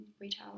retail